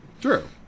True